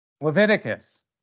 Leviticus